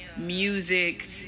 music